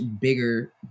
bigger